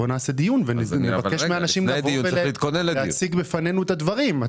בואו נעשה דיון ונבקש מאנשים לבוא לכאן ולהציג בפנינו את הדברים.